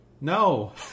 no